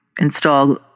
install